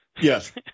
Yes